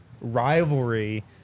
rivalry